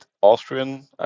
Austrian